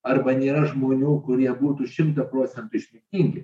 arba nėra žmonių kurie būtų šimtą procentų išmintingi